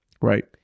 right